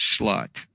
slut